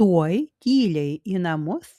tuoj tyliai į namus